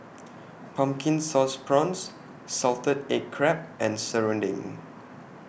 Pumpkin Sauce Prawns Salted Egg Crab and Serunding